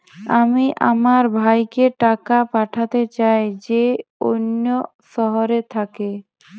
আমি আমার ভাইকে টাকা পাঠাতে চাই যে অন্য শহরে থাকে